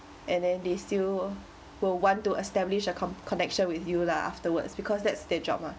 and then they still will want to establish a com~ connection with you lah afterwards because that's their job mah